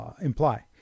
imply